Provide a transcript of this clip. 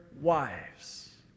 wives